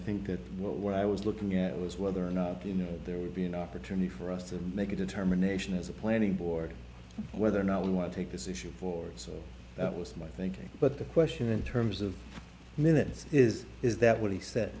think that what i was looking at was whether or not you know there would be an opportunity for us to make a determination as a planning board whether or not we want to take this issue forward so that was my thinking but the question in terms of minutes is is that what he said